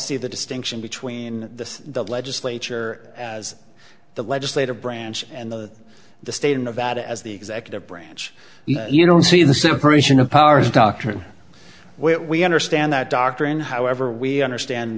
see the distinction between the legislature as the legislative branch and the the state of nevada as the executive branch you don't see the separation of powers doctrine we understand that doctrine however we understand